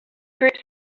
groups